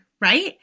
right